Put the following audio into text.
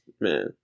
man